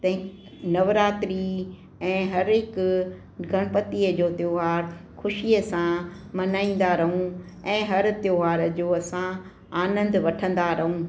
ते नवरात्री ऐं हर हिकु गणपतिअ जो त्योहारु ख़ुशीअ सां मल्हाईंदा रहूं ऐं हर त्योहार जो असां आनंद वठंदा रहूं